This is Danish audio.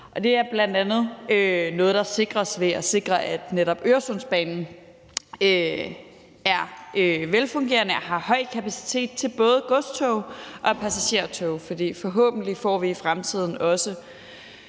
Det er bl.a. noget, der sikres ved at sikre, at netop Øresundsbanen er velfungerende og har høj kapacitet til både godstog og passagertog, for forhåbentlig får vi i fremtiden også